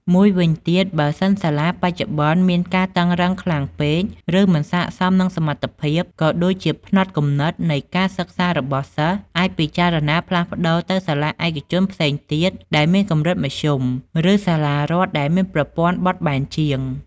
មួយវិញទៀត បើសិនសាលាបច្ចុប្បន្នមានការតឹងរ៉ឹងខ្លាំងពេក ឬមិនស័ក្តិសមនឹងសមត្ថភាព ក៏ដូចជាផ្នត់គំនិតនៃការសិក្សារបស់សិស្ស អាចពិចារណាផ្លាស់ប្តូរទៅសាលាឯកជនផ្សេងទៀតដែលមានកម្រិតមធ្យម ឬសាលារដ្ឋដែលមានប្រព័ន្ធបត់បែនជាង។